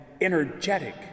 energetic